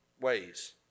ways